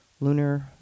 lunar